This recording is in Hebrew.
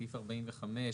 בסעיף 45,